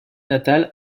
natale